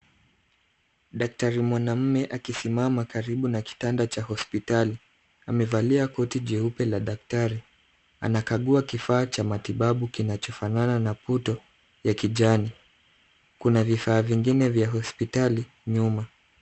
Daktari mwanamume akisimama karibu na kitanda cha hospitali. Amevalia koti jeupe la daktari. Anakagua kifaa cha matibabu kinachofanana na puto ya kijani. Kuna vifaa vingine vya hospitali nyuma.